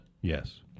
Yes